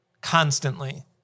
constantly